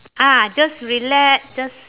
ah just relax just